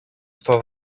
στο